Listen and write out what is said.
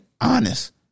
honest